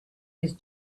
his